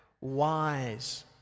wise